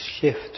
shift